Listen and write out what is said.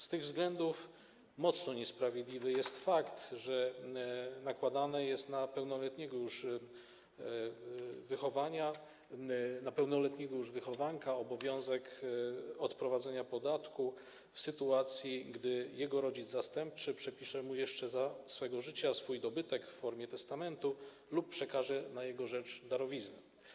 Z tych względów mocno niesprawiedliwy jest fakt, że nakładany jest na pełnoletniego już wychowanka obowiązek odprowadzenia podatku, w sytuacji gdy jego rodzic zastępczy przepisze mu jeszcze za swego życia swój dobytek w formie testamentu lub przekaże na jego rzecz darowiznę.